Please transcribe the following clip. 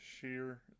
sheer